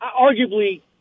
arguably